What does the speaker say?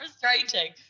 frustrating